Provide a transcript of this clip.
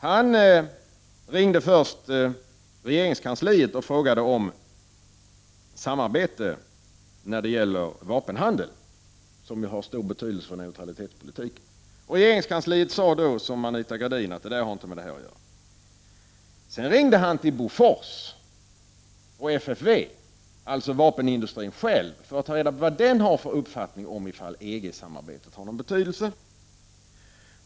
Han ringde till regeringskansliet och frågade om EG-samarbete när det gäller vapenhandel, som ju har stor betydelse för neutralitetspolitiken. På regeringskansliet svarade man, precis som Anita Gradin, att EG samarbetet inte hade med den att göra. Sedan ringde han till Bofors och FFV, alltså själva vapenindustrin, för att ta reda på vilken uppfattning man hade där om huruvida EG-samarbetet har någon betydelse.